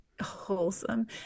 wholesome